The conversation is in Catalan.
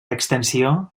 extensió